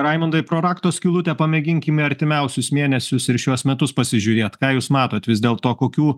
raimundai pro rakto skylutę pamėginkime artimiausius mėnesius ir šiuos metus pasižiūrėt ką jūs matot vis dėl to kokių